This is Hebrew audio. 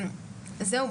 זהו,